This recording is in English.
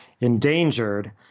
endangered